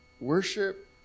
Worship